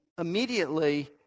immediately